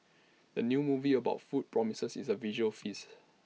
the new movie about food promises A visual feast